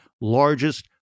largest